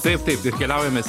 taip taip ir keliaujam mes